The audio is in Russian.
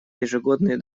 ежегодный